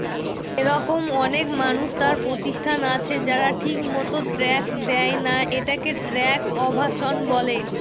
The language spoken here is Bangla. এরকম অনেক মানুষ আর প্রতিষ্ঠান আছে যারা ঠিকমত ট্যাক্স দেয়না, এটাকে ট্যাক্স এভাসন বলে